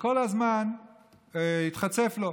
שכל הזמן התחצף לו,